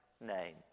name